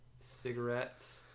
Cigarettes